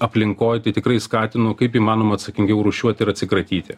aplinkoj tai tikrai skatinu kaip įmanoma atsakingiau rūšiuoti ir atsikratyti